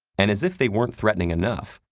and as if they weren't threatening enough,